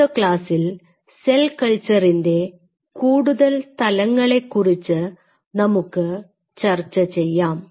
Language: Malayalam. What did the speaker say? അടുത്ത ക്ലാസ്സിൽ സെൽ കൾച്ചറിന്റെ കൂടുതൽ തലങ്ങളെക്കുറിച്ച് നമുക്ക് ചർച്ച ചെയ്യാം